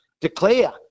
declare